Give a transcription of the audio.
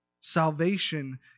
Salvation